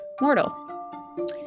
mortal